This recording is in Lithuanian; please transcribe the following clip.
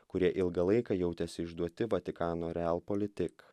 kurie ilgą laiką jautėsi išduoti vatikano real politik